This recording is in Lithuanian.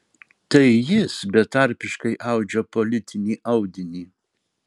tai jis betarpiškai audžia politinį audinį